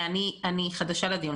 אני חדשה בדיון,